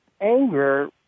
Anger